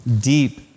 deep